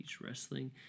wrestling